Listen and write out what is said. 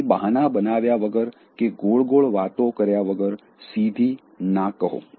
કોઈ બહાના બનાવ્યા વગર કે ગોળ ગોળ વાતો કર્યા વગર સીધી ના કહો